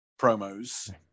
promos